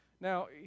Now